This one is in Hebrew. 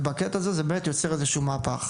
בקטע הזה זה באמת יוצר איזה שהוא מהפך.